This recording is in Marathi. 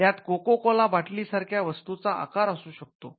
यात कोका कोला बाटली सारख्या वस्तूंचा आकार असू शकतो